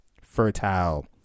Fertile